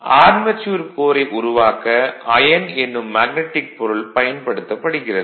armature கோரை உருவாக்க iron என்னும் மேக்னடிக் பொருள் பயன்படுத்தப்படுகிறது